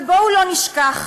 ובואו לא נשכח,